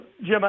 Jim